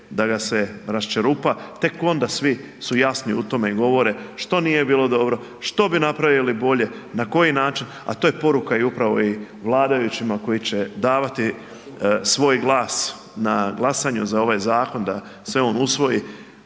da ga se raščerupa tek onda svi su jasni u tome i govore što nije bilo dobro, što bi napravili bolje, na koji način, a to je poruka i upravo i vladajućima koji će davati svoj glas na glasanju za ovaj zakon da se on usvoji.